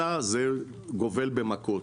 אלא זה גובל במכות.